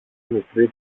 μικρή